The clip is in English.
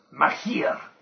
Mahir